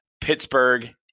Pittsburgh